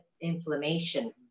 inflammation